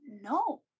No